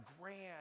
grand